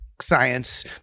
science